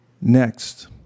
Next